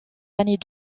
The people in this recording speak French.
années